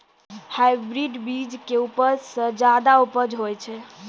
hybrid बीज के उपयोग सॅ ज्यादा उपज होय छै